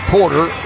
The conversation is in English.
Porter